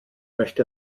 möchte